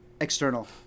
external